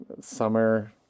summer